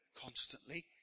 constantly